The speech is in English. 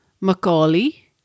Macaulay